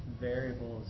variables